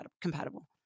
compatible